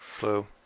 Blue